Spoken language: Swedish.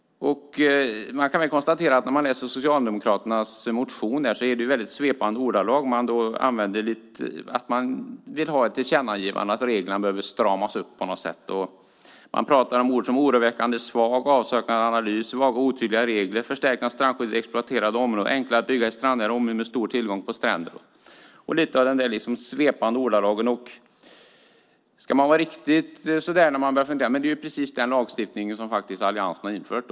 Man kan konstatera när man läser Socialdemokraternas motion att de säger i väldigt svepande ordalag att de vill ha ett tillkännagivande om att reglerna behöver stramas upp. De använder ord som oroväckande svag, avsaknad av analys, otydliga regler, förstärkning av strandskydd i exploaterade områden, enklare att bygga i strandnära områden med stor tillgång på stränder. Det är lite sådana svepande ordalag. När man börjar fundera kommer man fram till att det är precis den lagstiftning som alliansen har infört.